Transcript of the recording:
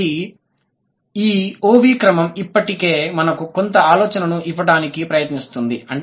కాబట్టి ఈ OV క్రమం ఇప్పటికే మనకు కొంత ఆలోచనను ఇవ్వడానికి ప్రయత్నిస్తోంది